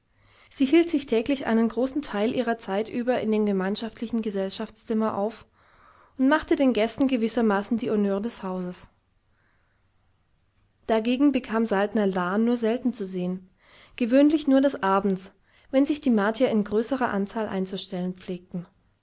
sie hielt sich täglich einen großen teil ihrer zeit über in dem gemeinschaftlichen gesellschaftszimmer auf und machte den gästen gewissermaßen die honneurs des hauses dagegen bekam saltner la nur selten zu sehen gewöhnlich nur des abends wenn sich die martier in größerer anzahl einzustellen pflegten